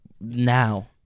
now